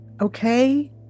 okay